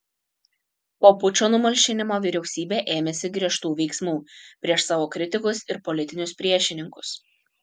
po pučo numalšinimo vyriausybė ėmėsi griežtų veiksmų prieš savo kritikus ir politinius priešininkus